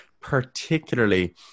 particularly